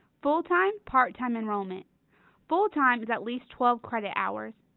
full-time part time enrollment full time is at least twelve credit hours,